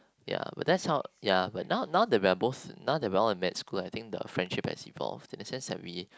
ya but that's how ya but now now that we're both now that we're all in med school I think the friendship has evolved in the sense that we